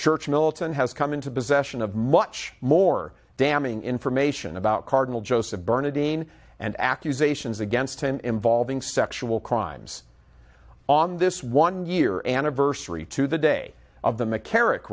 church militant has come into possession of much more damning information about cardinal joseph bernadino and accusations against him involving sexual crimes on this one year anniversary to the day of the mccarrick